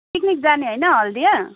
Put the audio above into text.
picnic जाने होइन हल्दिया